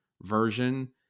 version